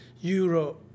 Euro